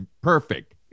perfect